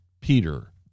Peter